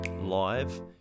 live